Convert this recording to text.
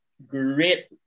great